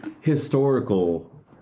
historical